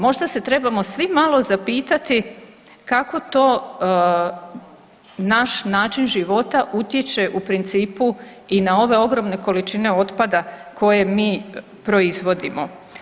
Možda se trebamo svi malo zapitati kako to naš način života utječe u principu, i na ove ogromne količine otpada koje mi proizvodimo.